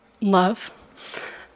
love